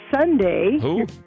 Sunday